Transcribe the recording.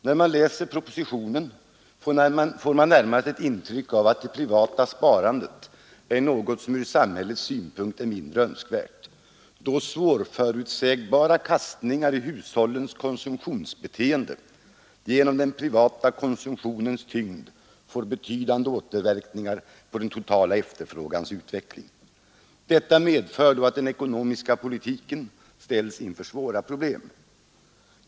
När man läser propositionen får man närmast ett intryck av att det privata sparandet är något ur samhällets synpunkt mindre önskvärt, då svårförutsägbara kastningar i hushållens konsumtionsbeteende genom den privata konsumtionens tyngd får betydande återverkningar på den totala efterfrågans utveckling. Detta medför då att den ekonomiska politiken ställs inför svåra problem.